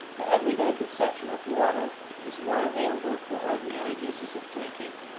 the everyday conception of water is more available for ordinary uses of drinking,